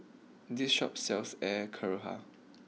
this Shop sells Air Karthira